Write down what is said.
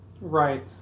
Right